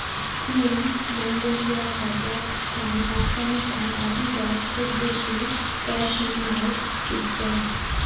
চীন, Mongolia, Kazakhstan, Afghanistan আদি দ্যাশ খুব বেশি ক্যাশমেয়ার সিজ্জায়